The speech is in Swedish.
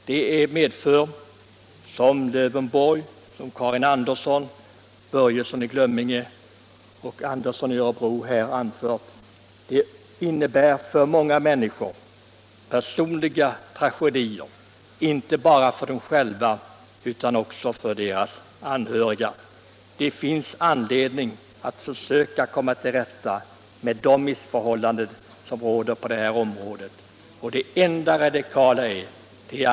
Detta spel medför, som herr Lövenborg, fröken Andersson, herr Börjesson i Glömminge och herr Andersson i Örebro har anfört, många personliga tragedier, inte bara för spelarna själva utan också för deras anhöriga, konsekvenser som även drabbar samhället. Det finns anledning att försöka komma till rätta med de missförhållanden som råder på detta område. Det enda radikala är att vi får ett förbud.